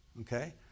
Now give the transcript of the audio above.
Okay